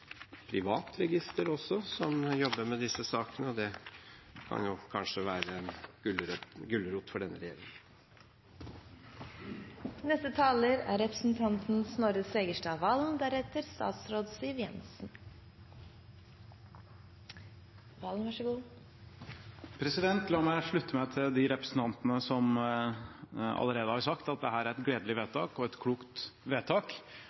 privat register også, som jobber med disse sakene, og det kan kanskje være en gulrot for denne regjeringen. La meg slutte meg til de representantene som allerede har sagt at dette er et gledelig vedtak og et klokt vedtak.